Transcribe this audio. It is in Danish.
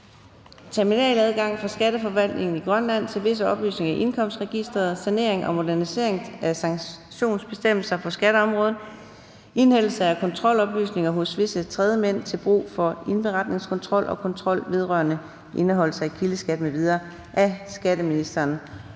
(Terminaladgang for skatteforvaltningen i Grønland til visse oplysninger i indkomstregisteret, sanering og modernisering af sanktionsbestemmelser på skatteområdet, indhentelse af kontroloplysninger hos visse tredjemænd til brug for indberetningskontrol og kontrol vedrørende indeholdelse af kildeskat m.v.). Af skatteministeren